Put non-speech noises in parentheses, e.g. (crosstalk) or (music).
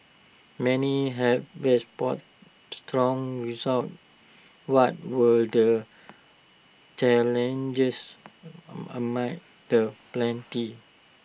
many have (unintelligible) strong results what were the challenges A amid the plenty